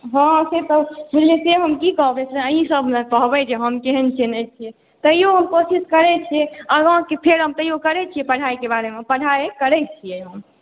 हँ से तऽ छै से तऽ हम की कहबै अहीँसभ न कहबै जे हम केहन छियै नहि छियै तहियो हम कोशिश करै छियै आगाँ फेर तहियो हम कोशिश करै छियै पढ़ाइके बारेमे पढ़ाइ करै छियै हम